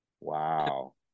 wow